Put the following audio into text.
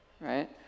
right